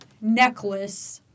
necklace